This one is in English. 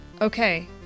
Okay